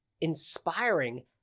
inspiring